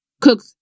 cook